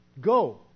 Go